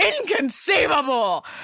Inconceivable